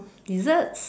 desserts